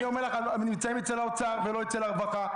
ואני אומר לך שהם נמצאים אצל האוצר ולא אצל הרווחה.